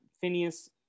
Phineas